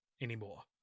anymore